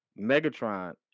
Megatron